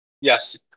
Yes